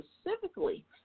specifically